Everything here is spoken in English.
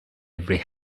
every